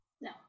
No